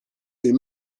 est